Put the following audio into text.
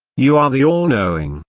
you are the all-knowing,